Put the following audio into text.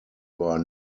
were